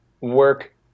work